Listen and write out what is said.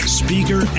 speaker